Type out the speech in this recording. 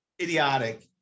idiotic